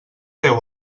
teu